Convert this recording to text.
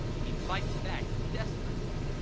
he fights back desperately.